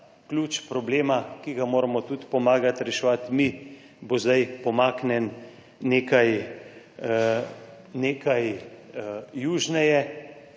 ključ problema, ki ga moramo tudi pomagati reševati mi, bo zdaj pomaknjen nekaj južneje.